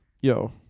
yo